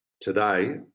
today